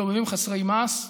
מסתובבים חסרי מעש.